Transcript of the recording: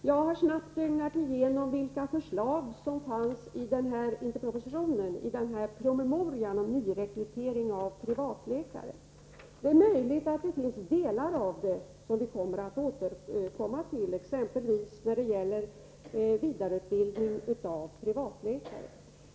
Jag har snabbt ögnat igenom vilka förslag om nyrekrytering av privatläkare som finns i promemorian. Det är möjligt att vi får återkomma till delar av innehållet, exempelvis när det gäller vidareutbildning av privatläkare.